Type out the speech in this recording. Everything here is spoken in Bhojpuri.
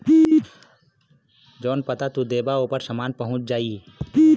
जौन पता तू देबा ओपर सामान पहुंच जाई